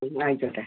ആയിക്കോട്ടെ